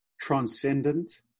transcendent